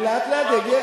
אני לאט-לאט אגיע.